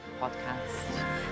podcast